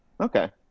Okay